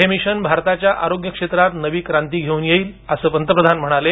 हे मिशन भारताच्या आरोग्य क्षेत्रात नवी क्रांती घेऊन येईल असं ते म्हणाले